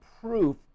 proof